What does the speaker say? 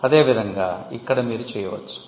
అదేవిధంగా ఇక్కడ మీరు చేయవచ్చు